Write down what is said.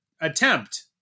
attempt